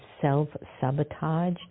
self-sabotage